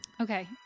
Okay